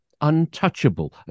untouchable